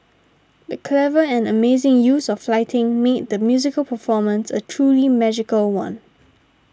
the clever and amazing use of lighting made the musical performance a truly magical one